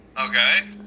Okay